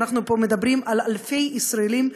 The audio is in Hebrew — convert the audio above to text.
אנחנו מדברים פה על אלפי ישראלים,